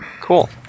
cool